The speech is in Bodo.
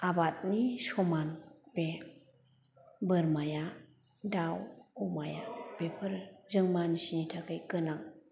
आबादनि समान बे बोरमाया दाउ अमाया बेफोर जों मानसिनि थाखाय गोनां